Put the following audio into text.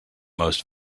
most